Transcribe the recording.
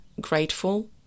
grateful